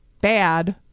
bad